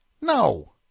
No